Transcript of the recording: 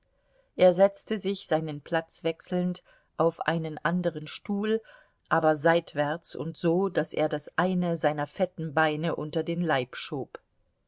er setzte sich seinen platz wechselnd auf einen andern stuhl aber seitwärts und so daß er das eine seiner fetten beine unter den leib schob